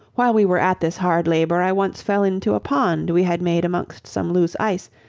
while we were at this hard labour i once fell into a pond we had made amongst some loose ice,